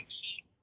keep